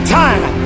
time